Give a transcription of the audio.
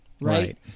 right